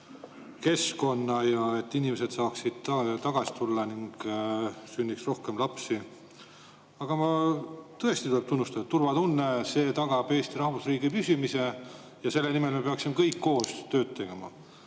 keskkonna, et inimesed saaksid tagasi tulla ning sünniks rohkem lapsi. Tõesti tuleb tunnistada, et turvatunne tagab Eesti rahvusriigi püsimise ja selle nimel me peaksime kõik koostööd tegema.